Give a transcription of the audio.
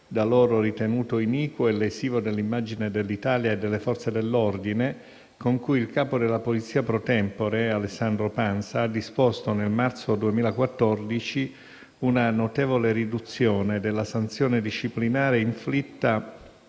da loro ritenuto iniquo e lesivo dell'immagine dell'Italia e delle Forze dell'ordine, con cui il capo della Polizia *pro tempore*, Alessandro Pansa, ha disposto nel marzo 2014 una notevole riduzione della sanzione disciplinare inflitta